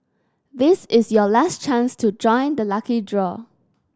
this is your last chance to join the lucky draw